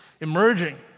emerging